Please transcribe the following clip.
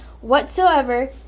whatsoever